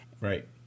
right